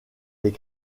les